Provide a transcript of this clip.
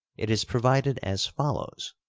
it is provided as follows